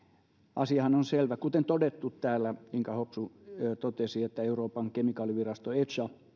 asiahan on selvä kuten todettu inka hopsu totesi että euroopan kemikaalivirasto echa